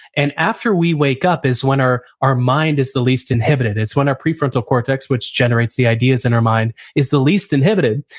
and after we wake up is when our our mind is the least inhibited. it's when our prefrontal cortex, which generates the ideas in our mind, is the least inhibited.